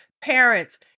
Parents